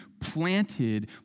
planted